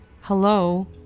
hello